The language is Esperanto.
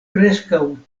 preskaŭ